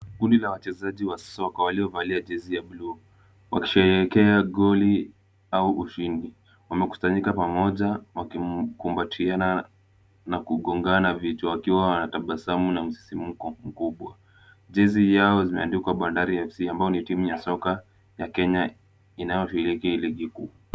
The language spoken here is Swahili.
Kundi la wachezaji wa soka waliovalia jezi ya bluu wakisherehekea goli au ushindi. Wamekusanyika pamoja wakikumbatiana na kugongana vichwa wakiwa wanatabasamu na msisimko mkubwa. Jezi yao zimeandikwa Bandari FC ambayo ni timu ya soka ya Kenya inayoshiriki ligi kuu.